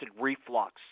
reflux